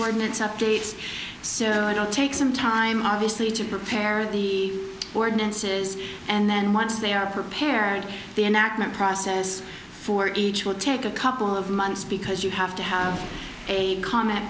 ordinance updates so i don't take some time obviously to prepare the ordinances and then once they are prepared the enactment process for each will take a couple of months because you have to have a com